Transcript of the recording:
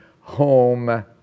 home